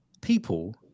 ...people